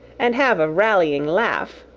and have a rallying laugh,